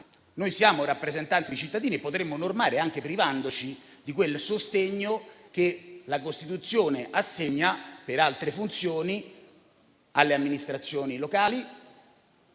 Noi siamo rappresentanti dei cittadini e potremmo normare anche privandoci di quel sostegno che la Costituzione assegna, per altre funzioni, alle amministrazioni locali